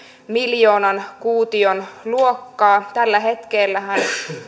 miljoonan kuution luokkaa tällä hetkellähän